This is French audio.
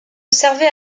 servait